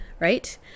right